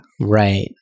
Right